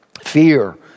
Fear